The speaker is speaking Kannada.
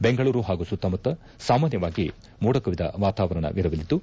ಬೆಂಗಳೂರು ಹಾಗೂ ಸುತ್ತಮುತ್ತ ಸಾಮಾನ್ಯವಾಗಿ ಮೋಡ ಕವಿದ ವಾತವಾರಣವಿರಲಿದ್ದು